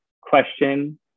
question